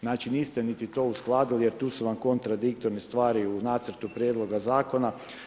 Znači niste niti to uskladili jer tu su vam kontradiktorne stvari u nacrtu prijedloga zakona.